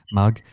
mug